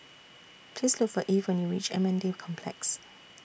Please Look For Eve when YOU REACH M N D Complex